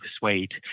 persuade